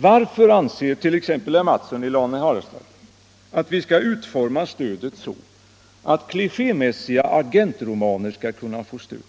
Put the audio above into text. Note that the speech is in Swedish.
Varför anser t.ex. herr Mattsson i Lane-Herrestad att vi skall utforma stödet så att även klichémässiga agentromaner skall kunna få stöd?